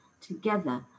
together